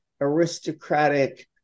aristocratic-